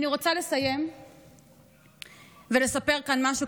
אני רוצה לסיים ולספר כאן משהו,